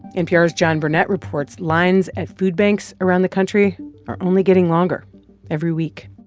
npr's john burnett reports lines at food banks around the country are only getting longer every week